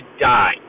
die